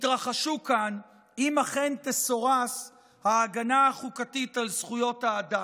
יתרחשו כאן אם אכן תסורס ההגנה החוקתית על זכויות האדם.